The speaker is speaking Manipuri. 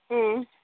ꯎꯝ